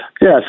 Yes